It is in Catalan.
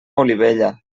olivella